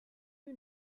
you